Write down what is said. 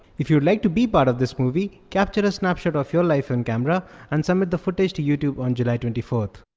if you'd like to be part of this movie, capture a snapshot of your life on camera and submit the footage to youtube on july twenty fourth.